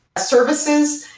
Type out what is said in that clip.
services,